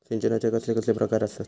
सिंचनाचे कसले कसले प्रकार आसत?